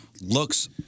looks